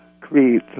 create